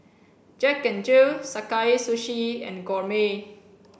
Jack N Jill Sakae Sushi and Gourmet